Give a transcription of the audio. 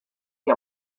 que